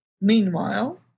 Meanwhile